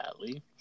badly